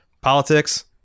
Politics